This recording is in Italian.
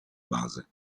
base